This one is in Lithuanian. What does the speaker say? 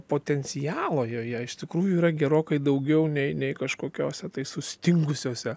potencialo joje iš tikrųjų yra gerokai daugiau nei nei kažkokiose tai sustingusiose